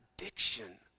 addiction